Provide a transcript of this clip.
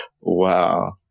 Wow